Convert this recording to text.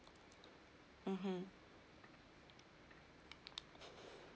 mmhmm